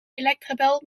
electrabel